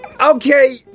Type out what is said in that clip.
Okay